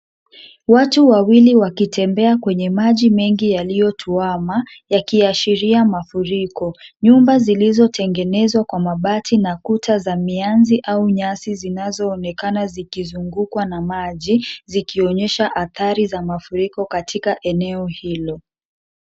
Watu wawili wakitembea kwenye maji mengi yaliyotuama, yakiashiria mafuriko. Nyumba zilizotengenezwa kwa mabati na kuta za mianzi au nyasi zinazoonekana zikizungukwa na maji, zikionyesha athari za mafuriko katika eneo hilo.